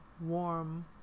warm